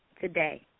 Today